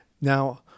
Now